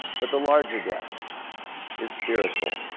but the larger gift is spiritual.